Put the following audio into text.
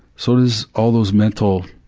so does all those mental,